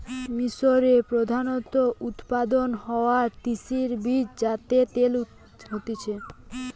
মিশরে প্রধানত উৎপাদন হওয়া তিসির বীজ যাতে তেল হতিছে